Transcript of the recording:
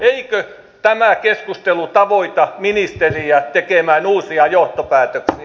eikö tämä keskustelu tavoita ministeriä tekemään uusia johtopäätöksiä